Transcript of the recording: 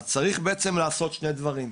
עכשיו,